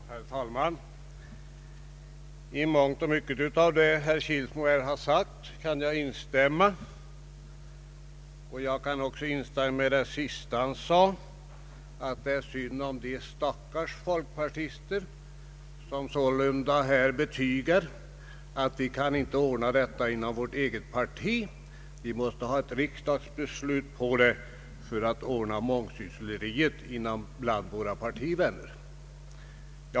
Herr talman! I mångt och mycket av det herr Kilsmo sade kan jag instämma. Jag kan också instämma i det sista han sade i sitt anförande, att det är synd om de stackars folkpartisterna i utskottet som sålunda betygat att de inte kan ordna denna fråga inom sitt eget parti utan måste stödja sig på ett riksdagsbeslut för att kunna komma till rätta med mångsyssleriet.